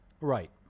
Right